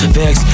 vex